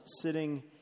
sitting